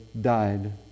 died